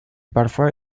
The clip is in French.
parfois